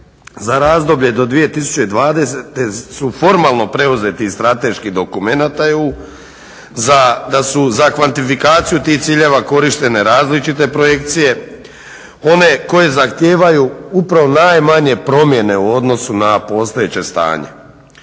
za razdoblje do 2020. su formalno preuzeti iz strateških dokumenata EU, da su za kvantifikaciju tih ciljeva korištene različite projekcije, one koje zahtijevaju upravo najmanje promjene u odnosu na postojeće stanje.